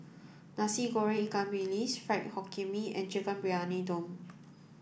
Nasi Goreng Ikan Bilis Fried Hokkien Mee and Chicken Briyani Dum